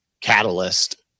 catalyst